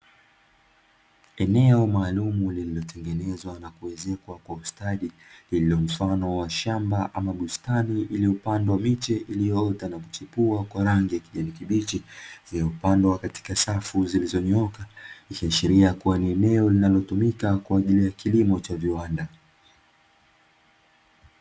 Eneo maalumu lililotengenezwa na kuezekwa kwa ustadi, lililo mfano wa shamba ama bustani iliyopandwa miche iliyoota na kuchipua kwa rangi ya kijani kibichi, iliyopandwa katika safu zilizonyooka. Ikiashiria kuwa ni eneo linalotumika kwa ajili ya kilimo cha viwanda.